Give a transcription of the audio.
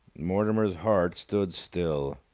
mortimer's heart stood still.